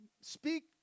speak